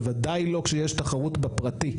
בוודאי לא כשיש תחרות בפרטי,